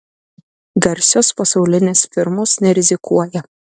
garsios pasaulinės firmos nerizikuoja